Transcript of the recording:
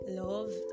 love